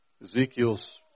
Ezekiel's